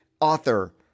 author